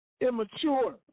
immature